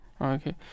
Okay